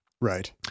Right